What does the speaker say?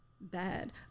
bad